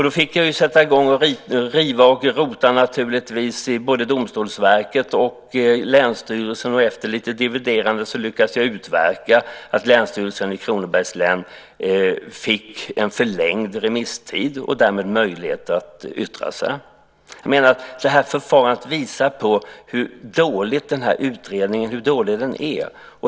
Då fick jag sätta i gång att riva och rota i både Domstolsverket och länsstyrelsen. Efter lite dividerande lyckades jag utverka att Länsstyrelsen i Kronobergs län fick en förlängd remisstid och därmed möjlighet att yttra sig. Det här förfarandet visar på hur dålig utredningen är.